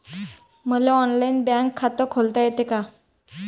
मले online bank खात खोलता येते का?